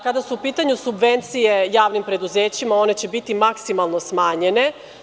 Kada su u pitanju subvencije javnim preduzećima, one će biti maksimalno smanjene.